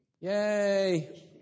Yay